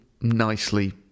nicely